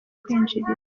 kwinjirira